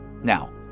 Now